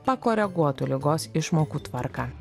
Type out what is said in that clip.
pakoreguotų ligos išmokų tvarką